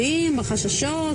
בעת החירום הזאת,